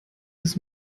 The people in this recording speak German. des